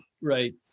right